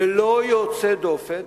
ללא יוצא דופן,